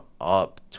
up